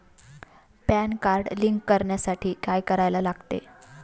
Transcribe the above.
Pan card link करण्यासाठी काय करायला लागते?